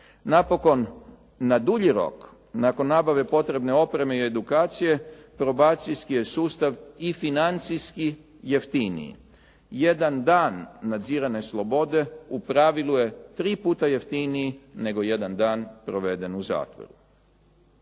Napokon, na dulji rok nakon nabave potrebne opreme i edukacije probacijski je sustav i financijski jeftiniji. Jedan dan nadzirane slobode u pravilu je 3 puta jeftiniji nego 1 dan proveden u zatvoru.